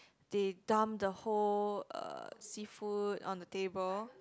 they dumped the whole uh seafood on the table